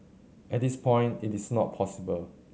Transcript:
at this point it's not possible